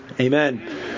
Amen